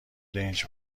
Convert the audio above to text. دنج